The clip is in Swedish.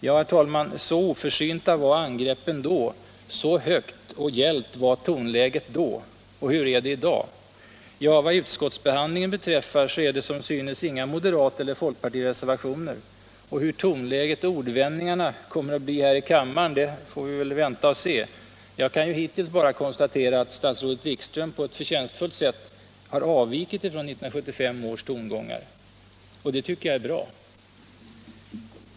Ja, herr talman, så oförsynta var angreppen då, så högt och gällt var tonläget då. Hur är det i dag? Vad utskottsbehandlingen beträffar så är det som synes inga moderat eller folkpartireservationer, och hur tonläget och ordvändningarna kommer att bli här i kammaren får vi väl höra. Jag kan hittills bara konstatera att statsrådet Wikström på ett förtjänstfullt sätt har avvikit från 1975 års tongångar, och det tycker jag är bra.